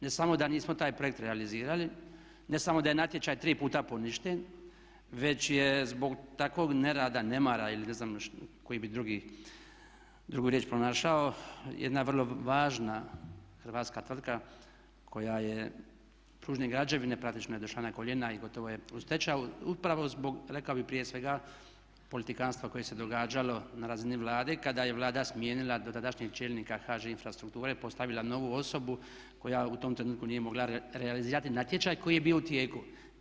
Ne samo da nismo taj projekt realizirali, ne samo da je natječaj tri puta poništen već je zbog takvog nerada, nemara ili ne znam koji bi drugi, drugu riječ pronašao jedna vrlo važna hrvatska tvrtka koja je pružne građevine praktično je došla na koljena i gotovo je u stečaju upravo zbog rekao bih prije svega politikanstva koje se događalo na razini Vlade kada je Vlada smijenila dotadašnjeg čelnika HŽ Infrastrukture, postavila novu osobu koja u tom trenutku nije mogla realizirati natječaj koji je bio u tijeku.